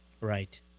Right